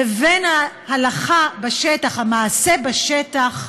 לבין ההלכה בשטח, המעשה בשטח,